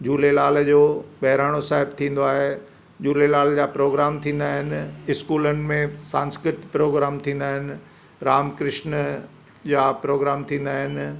झूलेलाल जो बहिराणो साहिब थींदो आहे झूलेलाल जा प्रोग्राम थींदा आहिनि स्कूलनि में सांस्कृतिक प्रोग्राम थींदा आहिनि राम कृष्ण जा प्रोग्राम थींदा आहिनि